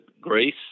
Greece